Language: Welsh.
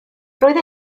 roedd